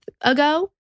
ago